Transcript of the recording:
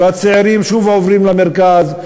והצעירים שוב עוברים למרכז,